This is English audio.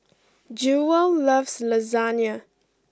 Jewel loves Lasagne